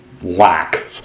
lack